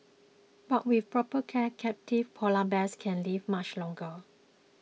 but with proper care captive Polar Bears can live much longer